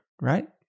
right